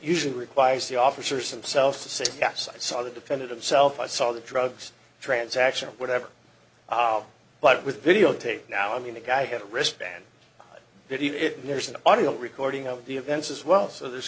usually requires the officers themselves to say yes i saw the defendant himself i saw the drugs transaction or whatever but with video tape now i mean the guy had a wristband that even if there is an audio recording of the events as well so this